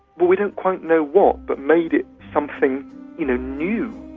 but we don't quite know what, but made it something you know new,